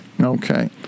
okay